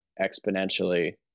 exponentially